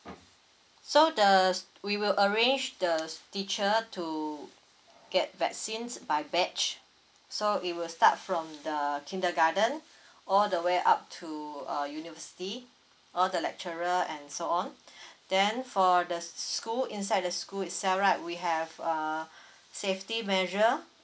so the we will arrange the teacher to get vaccines by batch so it will start from the kindergarten all the way up to uh university all the lecturer and so on then for the school inside the school itself right we have uh safety measure